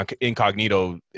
Incognito